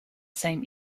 same